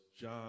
John